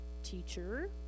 teacher